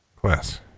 class